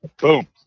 Boom